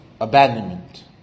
abandonment